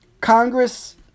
Congress